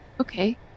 Okay